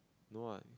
no what